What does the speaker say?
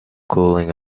cooling